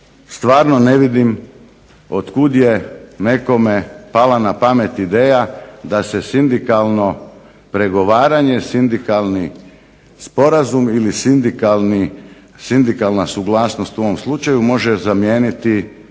Stvarno ne vidim otkud je nekome pala na pamet ideja da se sindikalno pregovaranje, sindikalni sporazum ili sindikalna suglasnost u ovom slučaju može zamijeniti funkcijom